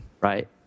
right